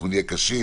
אנחנו נהיה קשים,